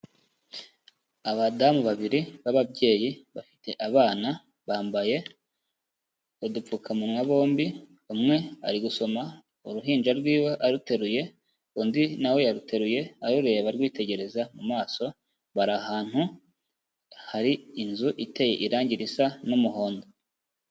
Abadamu babiri b'ababyeyi bafite abana, bambaye udupfukamunwa bombi, umwe ari gusoma uruhinja rwiwe aruteruye, undi nawe yaruteruye arureba arwitegereza mu maso, bari ahantu hari inzu iteye irangi risa n'umuhondo.